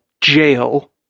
Jail